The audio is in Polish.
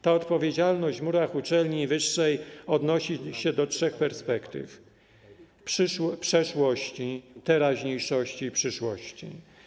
Ta odpowiedzialność w murach uczelni wyższej odnosi się do trzech perspektyw: przeszłości, teraźniejszości i przyszłości.